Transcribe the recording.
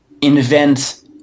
invent